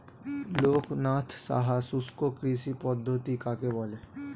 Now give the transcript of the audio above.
লোকনাথ সাহা শুষ্ককৃষি পদ্ধতি কাকে বলে?